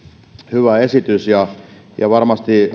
hyvä esitys ja ja varmasti